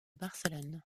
barcelone